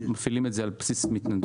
מפעילים את זה על בסיס מתנדבים.